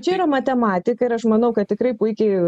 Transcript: čia yra matematika ir aš manau kad tikrai puikiai